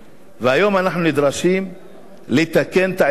היום אנחנו נדרשים לתקן את העיוות הזה